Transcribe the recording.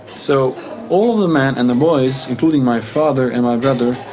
so all of the men and the boys, including my father and my brother,